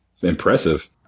Impressive